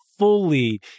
Fully